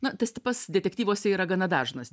na tas tipas detektyvuose yra gana dažnas